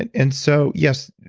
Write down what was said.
and and so yes,